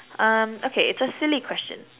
um okay it's a silly question